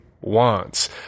wants